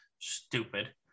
stupid